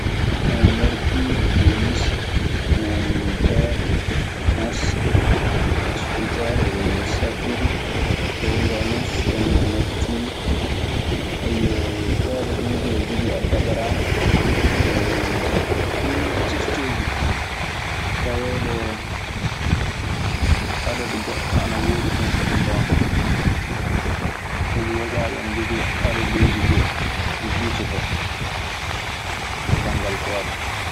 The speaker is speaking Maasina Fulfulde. On merkur, wenus, hen teere, mars, jupiter,e satur, e uranuse kanium e neptur. koodede dum e ɓe jogi adabarana, ɗi ni micittitomi ka. Taweede adadu goɗɗo ana woodi toon fuu so ko ngoonga sabi yogaaɓe ina njogii adaduuji goɗɗi ɗi kiisoto banngal koode.